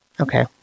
Okay